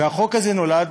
החוק הזה נולד